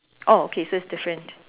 oh okay so it's different